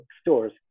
stores